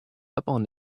upon